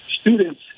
students